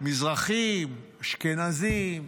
מזרחים, אשכנזים.